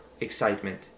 excitement